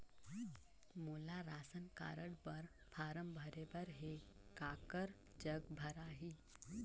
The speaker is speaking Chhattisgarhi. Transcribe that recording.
मोला राशन कारड बर फारम भरे बर हे काकर जग भराही?